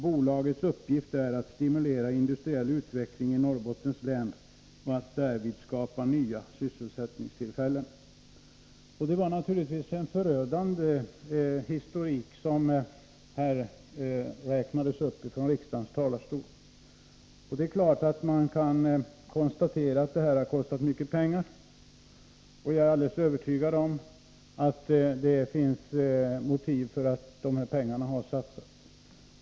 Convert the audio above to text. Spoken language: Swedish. Bolagets uppgift är att stimulera industriell utveckling i Norrbottens län och att därvid skapa nya sysselsättningstillfällen i länet.” Det var naturligtvis en förödande historik som räknades upp från riksdagens talarstol. Det är klart att man kan konstatera att det har kostat mycket pengar. Jag är alldeles övertygad om att det finns motiv för att dessa pengar har satsats.